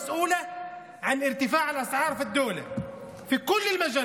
העגבנייה, התערובת, תפוחי האדמה והקש.